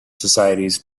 societies